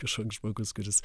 kažkoks žmogus kuris